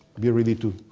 be ready to.